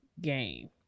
game